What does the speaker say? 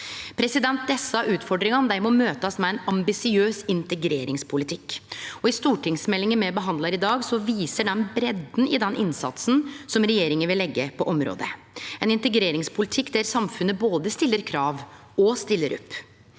miljø. Desse utfordringane må møtast med ein ambisiøs integreringspolitikk. Stortingsmeldinga me behandlar i dag, viser breidda i den innsatsen som regjeringa vil leggje på området, ein integreringspolitikk der samfunnet både stiller krav og stiller opp.